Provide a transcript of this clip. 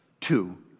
two